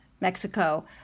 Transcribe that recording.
Mexico